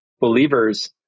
believers